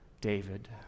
David